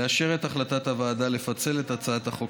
לאשר את החלטת הוועדה לפצל את הצעת החוק